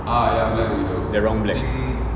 the wrong black